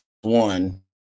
one